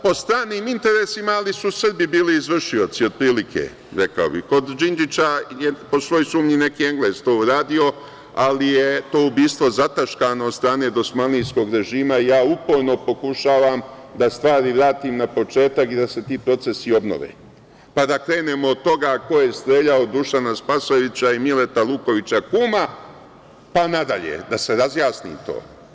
Po stranim interesima, ali su Srbi bili izvršioci, otprilike. (Marijan Rističević: Nisu to Srbi.) Kod Đinđića je, po svoj sumnji, neki Englez to uradio, ali je to ubistvo zataškano od strane dosmanlijskog režima i ja uporno pokušavam da stvari vratim na početak i da se ti procesi obnove, pa da krenemo od toga ko je streljao Dušana Spasojevića i Mileta Lukovića kuma, pa nadalje, da se razjasni to.